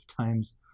times